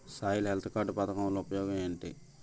Soil health card పథకం వల్ల ఉపయోగం ఏంటి?